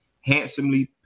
handsomely